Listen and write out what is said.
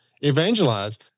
evangelize